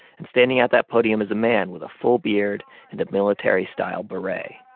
and standing at that podium is a man with a full beard and a military-style beret.